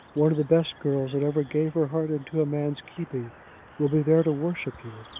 one of the best girls that ever gave her heart into a man's keeping will be there to worship you,